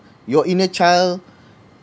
your inner child